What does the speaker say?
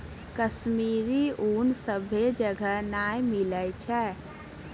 कश्मीरी ऊन सभ्भे जगह नै मिलै छै